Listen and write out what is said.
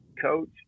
coach